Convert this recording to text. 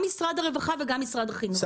משרד הרווחה וגם משרד החינוך.